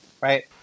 right